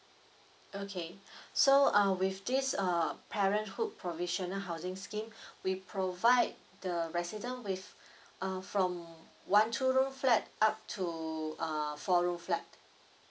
okay so uh with this uh parenthood provisional housing scheme we provide the resident with uh from one two room flat up to uh four room flat